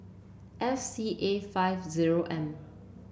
F C A five zero M